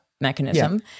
mechanism